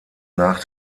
nach